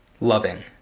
Loving